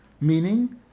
Meaning